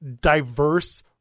diverse